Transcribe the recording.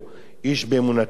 איש באמונתו יחיה.